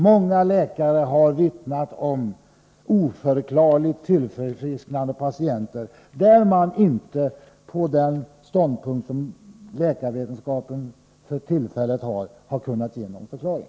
Många läkare har vittnat om oväntat tillfrisknande patienter, där man inte på den ståndpunkt läkarvetenskapen för tillfället har, har kunnat ge en förklaring.